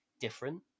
different